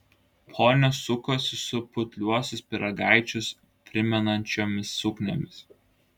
ponios sukosi su putliuosius pyragaičius primenančiomis sukniomis